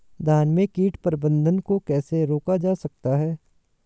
धान में कीट प्रबंधन को कैसे रोका जाता है?